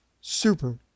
super